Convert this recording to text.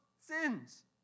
sins